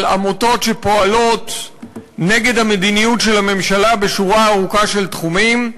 על עמותות שפועלות נגד המדיניות של המדינה בשורה ארוכה של תחומים,